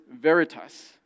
Veritas